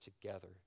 together